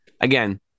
again